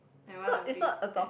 I wanna be that